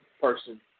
Person